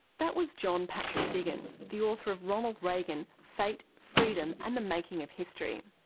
that was john patrick diggins, the author of ronald reagan fate, freedom and the making of history'.